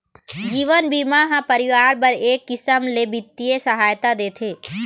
जीवन बीमा ह परिवार बर एक किसम ले बित्तीय सहायता देथे